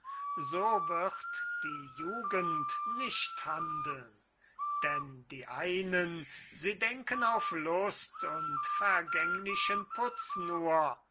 so wird die jugend nicht handeln denn die einen sie denken auf lust und vergänglichen putz nur